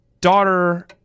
daughter